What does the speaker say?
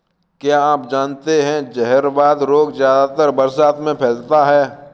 क्या आप जानते है जहरवाद रोग ज्यादातर बरसात में फैलता है?